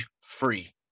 free